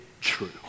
True